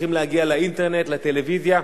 מצליחים להגיע לאינטרנט, לטלוויזיה,